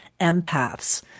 empaths